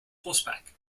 horseback